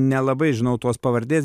nelabai žinau tos pavardės